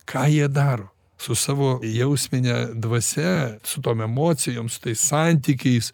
ką jie daro su savo jausmine dvasia su tom emocijom su tais santykiais